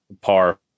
par